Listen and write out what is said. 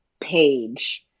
page